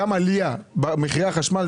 ה-400 מיליארד, כמה תהיה העלייה במחירי החשמל?